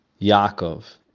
Yaakov